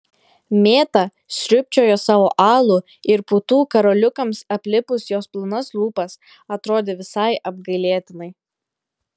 mėta sriubčiojo savo alų ir putų karoliukams aplipus jos plonas lūpas atrodė visai apgailėtinai